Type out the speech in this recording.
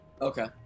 Okay